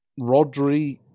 Rodri